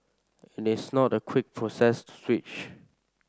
it is not a quick process to switch